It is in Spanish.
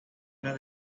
fuera